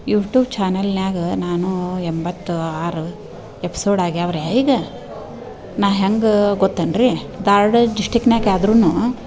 YouTube ಚಾನೆಲ್ನಾಗ ನಾನು ಎಂಬತ್ತು ಆರು ಎಪ್ಸೋಡ್ ಆಗ್ಯಾವ್ರೀ ಈಗ ನಾನು ಹೆಂಗೆ ಗೊತ್ತೇನ್ ರೀ ಧಾರ್ವಾಡ ಡಿಸ್ಟಿಕ್ನಾಗ್ ಆದ್ರು